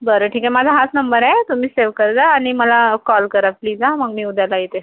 बरं ठीक आहे माझा हाच नंबर आहे तुम्ही सेव करजा आणि मला कॉल करा प्लीज आ मग मी उद्या जाते